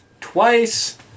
twice